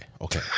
okay